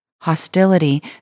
Hostility